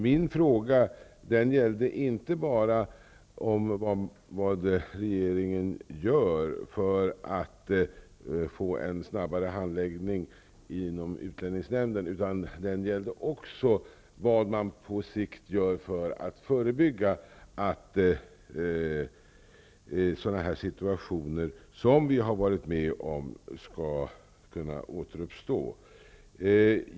Min fråga gällde inte bara vad regeringen gör för att få en snabbare handläggning inom utlänningsnämnden, utan den gällde också vad man på sikt gör för att förebygga att sådana situationer som vi har varit med om skall kunna återuppstå.